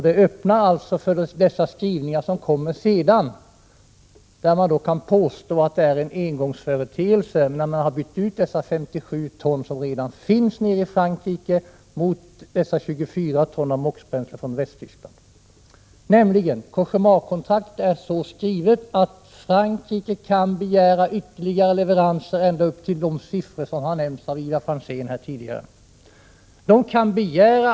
Det öppnar för de skrivningar som kommer sedan, där man påstår att det är en engångsföreteelse att man byter ut de 57 ton som redan finns i Frankrike mot 24 ton MOX-bränsle från Västtyskland. Cogéma-kontraktet är nämligen så skrivet att Frankrike kan begära ytterligare leveranser ända upp till de siffror som har nämnts här tidigare av Ivar Franzén.